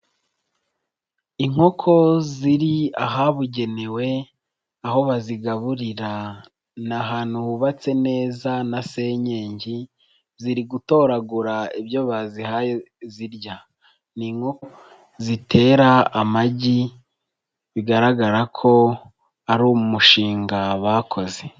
Inkoko ziri ahabugenewe aho bazigaburira, ni ahantu hubatse neza na senyegi ziri gutoragura ibyo bazihaye zirya, n'inkoko zitera amagi bigaragara ko ari umushinga bakoze.